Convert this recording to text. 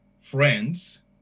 friends